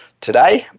Today